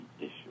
issue